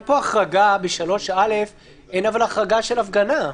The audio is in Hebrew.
ב-3א אין אבל החרגה של הפגנה.